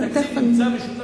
התקציב נמצא ושום דבר לא קורה.